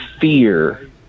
fear